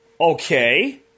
Okay